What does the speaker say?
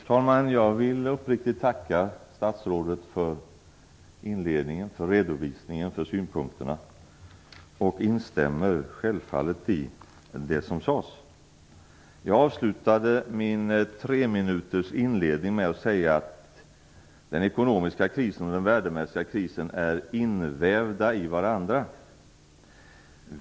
Fru talman! Jag vill uppriktigt tacka statsrådet för redovisningen och synpunkterna och instämmer självfallet i det som sades. Jag avslutade min treminutersinledning med att säga att den ekonomiska krisen och den värdemässiga krisen är invävda i varandra.